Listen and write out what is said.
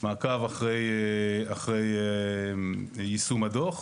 מעקב אחרי יישום הדוח.